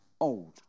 Old